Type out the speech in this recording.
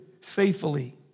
faithfully